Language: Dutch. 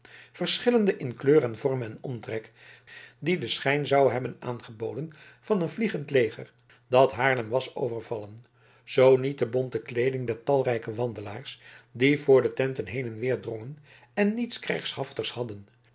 in kleur en vorm en omtrek die den schijn zou hebben aangeboden van een vliegend leger dat haarlem was overvallen zoo niet de bonte kleeding der talrijke wandelaars die voor de tenten heen en weer drongen en niets krijgshaftigs hadden